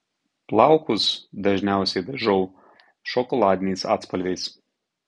plaukus dažniausiai dažau šokoladiniais atspalviais